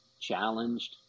challenged